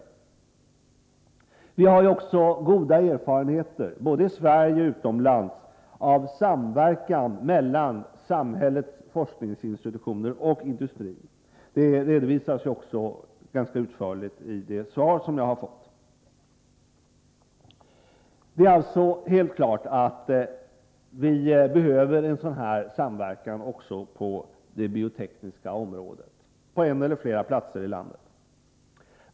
Man har goda erfarenheter, både i Sverige och utomlands, av samverkan mellan samhällets forskningsinstitutioner och industrin. Detta redovisas också ganska utförligt i det svar som jag har fått. Det är alltså helt klart att vi behöver en sådan samverkan också på det biotekniska området, på en eller flera platser i landet.